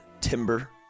timber